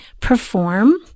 perform